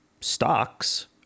stocks